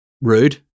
rude